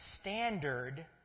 standard